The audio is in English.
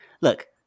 look